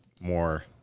more